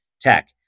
tech